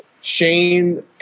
Shane